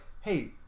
hey